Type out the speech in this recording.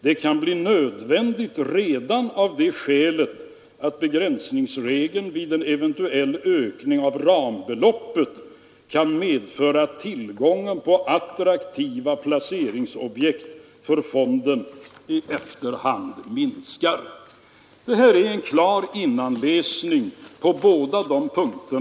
Det kan bli nödvändigt redan av det skälet att begränsningsregeln vid en eventuell ökning av rambeloppet kan medföra att tillgången på attraktiva placeringsobjekt för fonden efterhand minskar.” Det här är en klar innanläsning på båda dessa punkter.